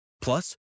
Plus